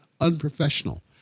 unprofessional